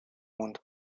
mundo